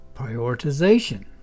Prioritization